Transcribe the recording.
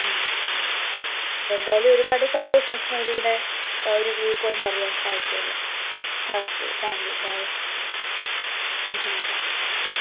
അതെ അപ്പോൾ എന്തായാലും ഒരുപാട് സന്തോഷം സ്മൃതിയിടെ ആ ഒരു വ്യൂ പോയിൻ്റ് അറിയാൻ സാധിച്ചതിൽ ആ ഓക്കെ താങ്ക് യൂ ബൈ ആ ബൈ താങ്ക് യൂ